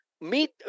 meet